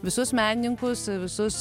visus menininkus visus